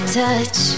touch